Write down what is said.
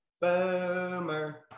Boomer